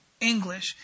English